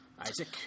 Isaac